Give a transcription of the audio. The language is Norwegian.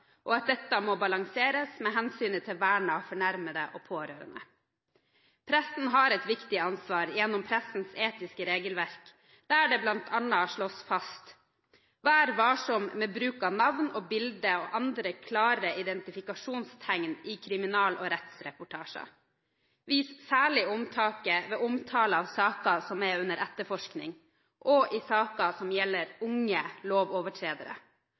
og at dette må balanseres med hensynet til vern av fornærmede og pårørende. Pressen har et viktig ansvar gjennom pressens etiske regelverk, der det bl.a. slås fast: Vær varsom med bruk av navn og bilde og andre klare identifikasjonstegn i kriminal- og rettsreportasjer. Vis særlig omtanke ved omtale av saker som er under etterforskning, og i saker som gjelder unge lovovertredere.